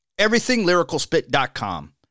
EverythingLyricalSpit.com